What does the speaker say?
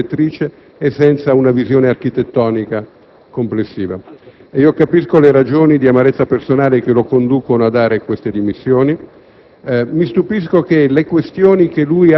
una precisa linea guida direttrice e senza una visione architettonica complessiva. Capisco le ragioni di amarezza personale che lo inducono a dare queste dimissioni